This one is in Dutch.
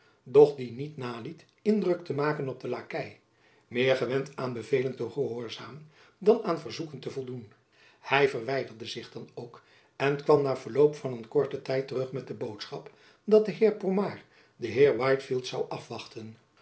doch die niet naliet indruk te maken op den lakei meer gewend aan bevelen te gehoorzamen dan aan verzoeken te voldoen hy verwijderde zich dan ook en kwam na verloop van een korten tijd terug met de boodschap dat de heer pomard den heer whitefield zoû afwachten